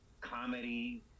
comedy